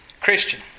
Christian